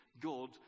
God